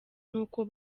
n’uko